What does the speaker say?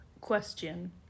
Question